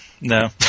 no